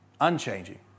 unchanging